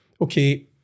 okay